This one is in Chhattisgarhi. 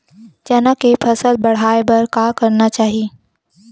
चना के फसल बढ़ाय बर का करना चाही?